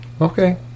okay